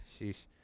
Sheesh